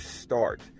start